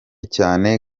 cyane